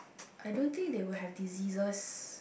I don't think they will have diseases